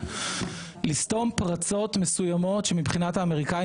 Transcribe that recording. לסתום פרצות מסוימות שמבחינת האמריקנים